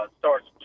starts